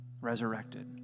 resurrected